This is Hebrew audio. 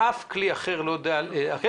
שאף כלי אחר לא יודע לאתר?